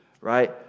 right